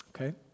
Okay